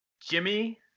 Jimmy